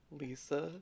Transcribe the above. Lisa